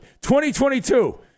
2022